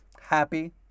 Happy